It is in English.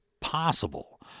possible